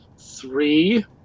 Three